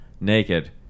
naked